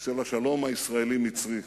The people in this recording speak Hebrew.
של השלום הישראלי-מצרי?